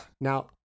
now